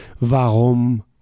Warum